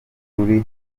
ruri